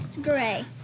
gray